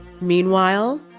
Meanwhile